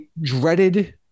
dreaded